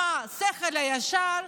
עם שכל ישר,